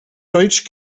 deutsch